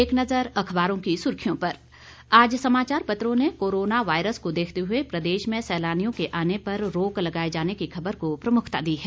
एक नज़र अखबारों की सुर्खियों पर आज समाचार पत्रों ने कोरोना वायरस को देखते हुए प्रदेश में सैलानियों के आने पर रोक लगाए जाने की खबर को प्रमुखता दी है